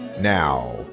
Now